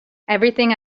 everything